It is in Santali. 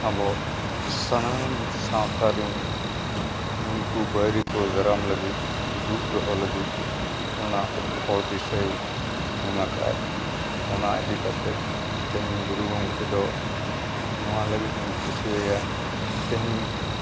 ᱟᱵᱚ ᱥᱟᱱᱟᱢ ᱥᱟᱶᱛᱟ ᱨᱤᱱ ᱩᱱᱠᱩ ᱵᱟᱭᱨᱤ ᱠᱚ ᱫᱟᱨᱟᱢ ᱞᱟᱹᱜᱤᱫ ᱫᱩᱜ ᱫᱚᱦᱚ ᱞᱟᱹᱜᱤᱫ ᱚᱱᱟ ᱦᱚᱨ ᱫᱤᱥᱟᱹᱭ ᱮᱢ ᱠᱟᱜ ᱟᱭ ᱚᱱᱟ ᱤᱫᱤ ᱠᱟᱛᱮᱫ ᱛᱮᱦᱤᱧ ᱜᱩᱨᱩ ᱜᱚᱢᱠᱮ ᱫᱚ ᱚᱱᱟ ᱞᱟᱹᱜᱤᱫ ᱤᱧ ᱠᱩᱥᱤᱭᱟᱭᱟ ᱛᱮᱦᱮᱧ